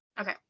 Okay